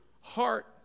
heart